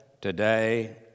today